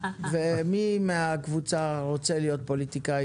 ומי מהקבוצה רוצה להיות פוליטיקאית?